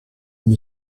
m’y